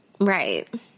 Right